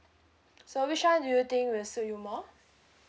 so which one do you think will suit you more